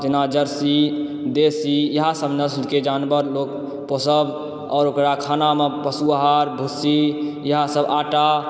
जेना जर्सी देशी इएह सब नस्लके जानवर लोक पोसब और ओकरा खानामे पशु आहार भुसी आटा इएह सब